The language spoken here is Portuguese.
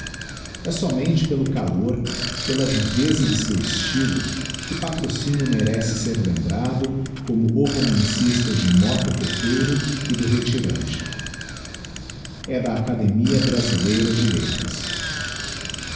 e somente pelo calor pela viveza de seu esty lo que patrocínio merece ser lembrado como o romancista de motta coqueiro e do retirante e da academia brasileira de letras